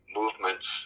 movements